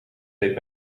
deed